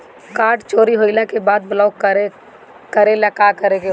Card चोरी होइला के बाद ब्लॉक करेला का करे के होई?